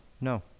No